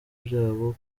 byabo